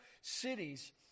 cities